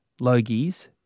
Logies